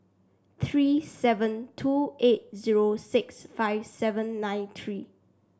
three seven two eight zero six five seven nine three